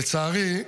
לצערי,